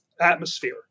atmosphere